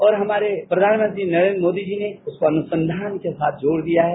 और हमारे प्रधानमंत्री नरेन्द्र मोदी जी ने उसको अनुसंधान के साथ जोड़ दिया है